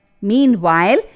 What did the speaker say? Meanwhile